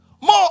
More